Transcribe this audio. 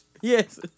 Yes